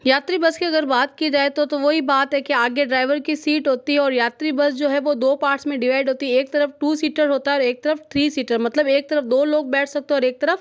यात्री बस की अगर बात की जाए तो तो वो ही बात है कि आगे ड्राइवर की सीट होती है और यात्री बस जो है वो दो पार्ट्स में डिवाइड होती एक तरफ़ टू सीटर होता और एक तरफ़ थी सीटर मतलब एक तरफ़ दो लोग बैठ सकते हैं और एक तरफ़